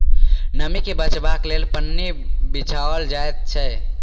नमीं के बचयबाक लेल पन्नी बिछाओल जाइत छै